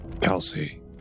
Kelsey